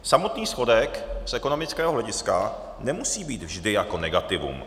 Samotný schodek z ekonomického hlediska nemusí být vždy jako negativum.